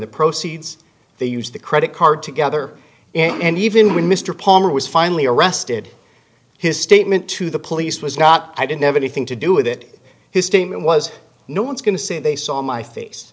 the proceeds they use the credit card together and even when mr palmer was finally arrested his statement to the police was not i didn't have anything to do with it his statement was no one's going to say they saw my face